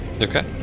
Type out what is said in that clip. Okay